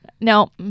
No